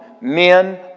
men